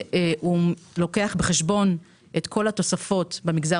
הוא לוקח בחשבון את כל התוספות במגזר